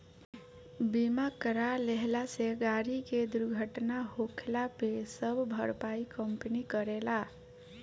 बीमा करा लेहला से गाड़ी के दुर्घटना होखला पे सब भरपाई कंपनी करेला